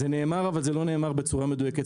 זה נאמר, אבל לא נאמר בצורה מדויקת.